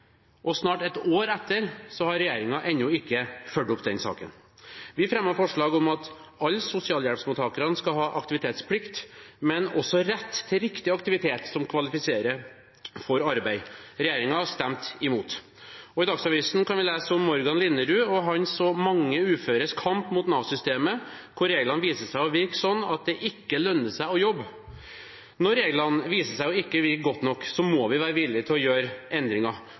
og snart ett år etterpå har regjeringen ennå ikke fulgt opp den saken. Vi fremmet forslag om at alle sosialhjelpsmottakere skal ha aktivitetsplikt, men også rett til riktig aktivitet, som kvalifiserer for arbeid. Regjeringen stemte imot. I Dagsavisen kan vi lese om Morgan Linnerud og hans og mange uføres kamp mot Nav-systemet, hvor reglene viser seg å virke slik at det ikke lønner seg å jobbe. Når reglene viser seg ikke å virke godt nok, må vi være villige til å gjøre endringer.